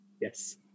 Yes